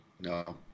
No